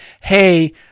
hey